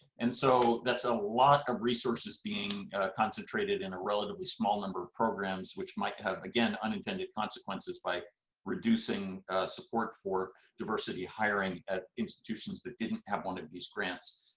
and so that's a lot of resources being concentrated in a relatively small number of programs, which might have, again, unintended consequences, like reducing support for diversity hiring at institutions that didn't have one of these grants.